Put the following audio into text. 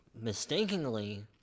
mistakenly